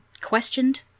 questioned